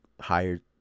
hired